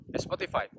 Spotify